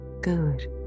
Good